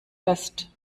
fest